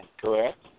correct